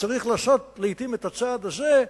צריך לעשות לעתים את הצעד הזה.